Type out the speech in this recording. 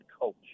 coach